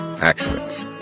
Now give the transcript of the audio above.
accidents